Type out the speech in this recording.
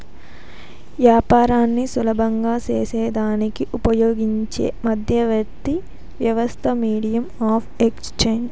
యాపారాన్ని సులభం సేసేదానికి ఉపయోగించే మధ్యవర్తి వ్యవస్థే మీడియం ఆఫ్ ఎక్స్చేంజ్